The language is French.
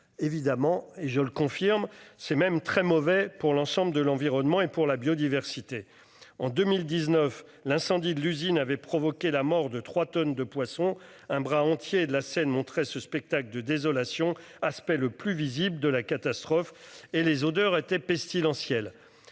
évidemment et je le confirme, c'est même très mauvais pour l'ensemble de l'environnement et pour la biodiversité. En 2019, l'incendie de l'usine avait provoqué la mort de 3 tonnes de poissons un bras entiers de la scène montrer ce spectacle de désolation aspect le plus visible de la catastrophe et les odeur était pestilentielle.